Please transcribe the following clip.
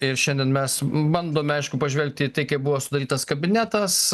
ir šiandien mes bandome aišku pažvelgti į tai kaip buvo sudarytas kabinetas